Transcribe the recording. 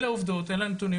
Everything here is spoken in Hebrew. אלה העובדות, אלה הנתונים.